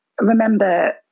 remember